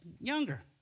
younger